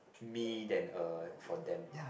me than uh for them